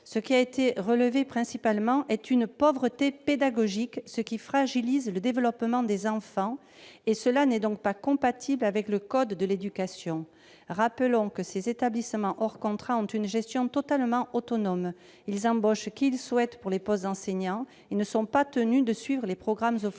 les inspecteurs ont principalement relevé une pauvreté pédagogique, ce qui fragilise le développement des enfants. Cela n'est donc pas compatible avec le code de l'éducation. Rappelons que ces établissements hors contrat ont une gestion totalement autonome : ils embauchent qui ils souhaitent aux postes d'enseignants et ne sont pas tenus de suivre les programmes officiels.